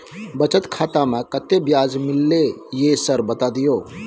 बचत खाता में कत्ते ब्याज मिलले ये सर बता दियो?